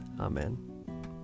Amen